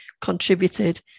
contributed